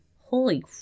Holy